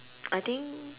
I think